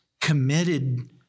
committed